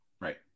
Right